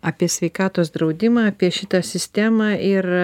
apie sveikatos draudimą apie šitą sistemą ir